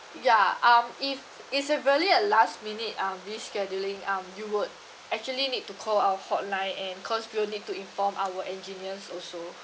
ya um if if it's really a last minute um rescheduling um you would actually need to call our hotline and cause we'll need to inform our engineers also